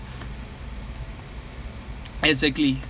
exactly